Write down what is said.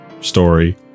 story